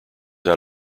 out